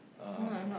um